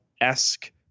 Esque